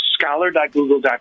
scholar.google.com